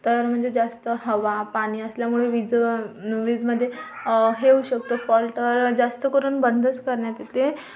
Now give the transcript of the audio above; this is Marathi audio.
तर म्हणजे जास्त हवा पाणी असल्यामुळे वीज न वीज म्हणजे हे होऊ शकतं फॉल्ट जास्त करून बंदच करण्यात येते